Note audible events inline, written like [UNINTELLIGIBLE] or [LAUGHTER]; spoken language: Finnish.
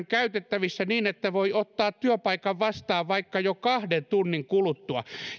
[UNINTELLIGIBLE] käytettävissä niin että voi ottaa työpaikan vastaan vaikka jo kahden tunnin kuluttua